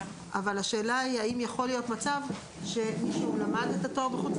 אבל השאלה האם יכול להיות מצג שמישהו למד את התואר בחו"ל